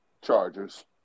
Chargers